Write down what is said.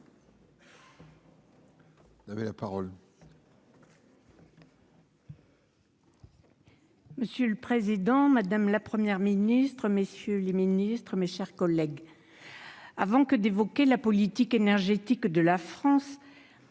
Vous avez la parole.